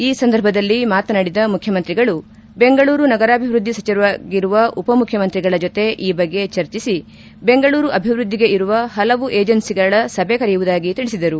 ಈ ಸಂದರ್ಭದಲ್ಲಿ ಮಾತನಾಡಿದ ಮುಖ್ಯಮಂತ್ರಿಗಳು ಬೆಂಗಳೂರು ನಗರಾಭಿವೃದ್ದಿ ಸಚಿವರಾಗಿರುವ ಉಪ ಮುಖ್ಯಮಂತ್ರಿಗಳ ಜೊತೆ ಈ ಬಗ್ಗೆ ಚರ್ಚಿಸಿ ಬೆಂಗಳೂರು ಅಭಿವೃದ್ದಿಗೆ ಇರುವ ಹಲವು ಏಜೆನ್ಸಿಗಳ ಸಭೆ ಕರೆಯುವುದಾಗಿ ತಿಳಿಸಿದರು